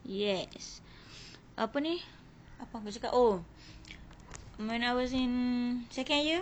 yes apa ni apa aku cakap oh when I was in second year